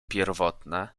pierwotne